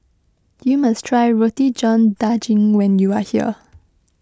you must try Roti John Daging when you are here